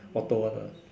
auto one ah